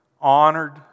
honored